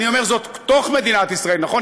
אני אומר, זה בתוך מדינת ישראל, נכון?